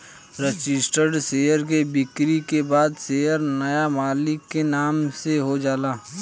registered share के बिक्री के बाद शेयर नाया मालिक के नाम से हो जाला